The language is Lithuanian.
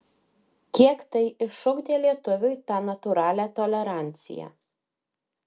kiek tai išugdė lietuviui tą natūralią toleranciją